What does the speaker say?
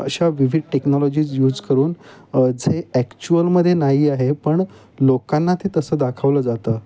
अशा विविध technologies use करून झे ॲक्च्युअलमध्ये नाही आहे पण लोकांना ते तसं दाखवलं जातं